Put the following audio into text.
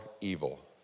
evil